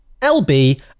LB